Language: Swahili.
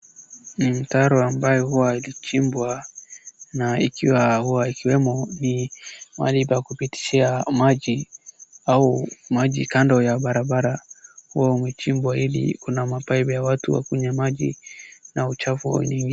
Ni mtaro ambayo huwa ilichimbwa na ikiwa huwa ikiwemo ni mahali pa kupitishia maji au maji kando ya barabara huwa imechimwa ili kuna mapaipu ya watu kunywa maji na uchafu lingine.